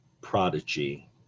prodigy